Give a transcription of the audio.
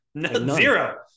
Zero